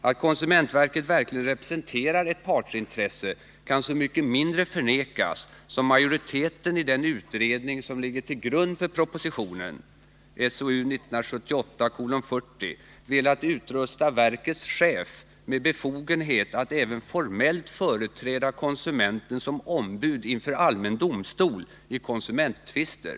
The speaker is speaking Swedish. Att konsumentverket verkligen representerar ett partsintresse kan så mycket mindre förnekas som majoriteten i den utredning som ligger till grund för propositionen — SOU 1978:40 — velat utrusta verkets chef med befogenhet att även formellt företräda konsumenten som ombud inför allmän domstol i konsumenttvister.